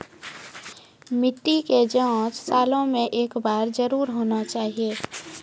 मिट्टी के जाँच सालों मे एक बार जरूर होना चाहियो?